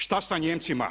Šta sa Nijemcima?